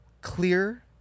clear